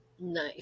Nice